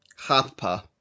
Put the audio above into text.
Hapa